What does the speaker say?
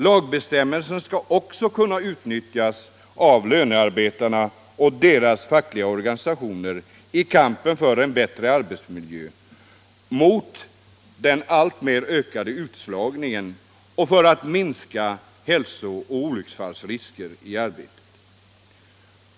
Lagbestämmelserna skall också kunna utnyttjas av lönarbetarna och deras fackliga organisationer i kampen för bättre arbetsmiljö — mot den alltmer ökande utslagningen och för att minska hälsooch olycksrisker.